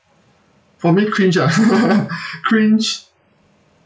for me cringe ah cringe uh